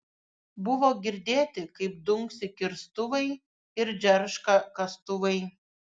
buvo girdėti kaip dunksi kirstuvai ir džerška kastuvai